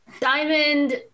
Diamond